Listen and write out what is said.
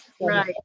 Right